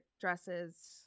dresses